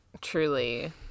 Truly